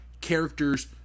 characters